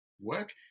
work